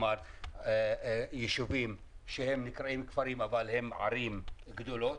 יש ישובים שנקראים כפרים אבל הם ערים גדולות.